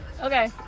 Okay